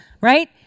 right